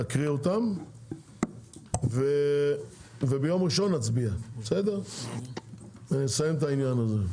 נקריא אותם וביום ראשון נצביע ונסיים את העניין הזה.